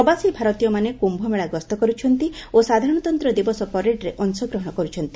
ପ୍ରବାସୀ ଭାରତୀୟମାନେ କ୍ୟୁମେଳା ଗସ୍ତ କରୁଛନ୍ତି ଓ ସାଧାରଣତନ୍ତ ଦିବସ ପ୍ୟାରେଡ୍ରେ ଅଂଶଗ୍ରହଣ କରୁଛନ୍ତି